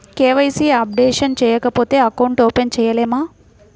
KYC updation చేయకపోతే account open చేయలేమా?